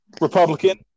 Republican